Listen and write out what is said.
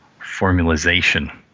formalization